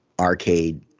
arcade